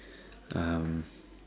um